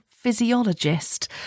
physiologist